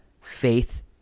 faith